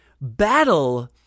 Battle